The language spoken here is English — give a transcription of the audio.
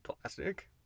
plastic